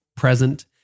present